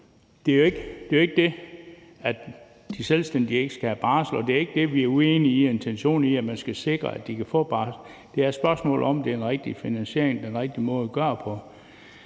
sagde, ikke det, at de selvstændige ikke skal have barsel, og det er ikke det, at vi er uenige i intentionerne, at man skal sikre, at de kan få barsel. Det er et spørgsmål om, om det er den rigtige finansiering og den rigtige måde at gøre det